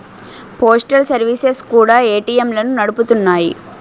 postal services కూడా ఏటీఎంలను నడుపుతున్నాయి